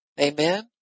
Amen